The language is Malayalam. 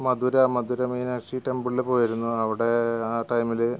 മധുര മധുര മീനാക്ഷി ടെംപിളിൽ പോയിരുന്നു അവിടെ ആ ടൈമില്